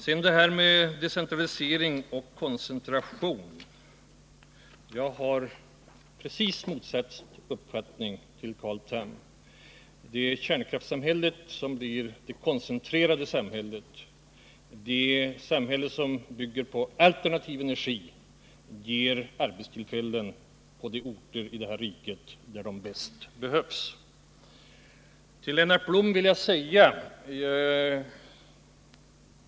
Beträffande centralisering och koncentration har jag en uppfattning rakt motsatt herr Thams. Det är kärnkraftssamhället som blir det koncentrerade samhället. Det samhälle som bygger på alternativ energi ger arbetstillfällen på de orter där de bäst behövs. Till Lennart Blom vill jag säga följande.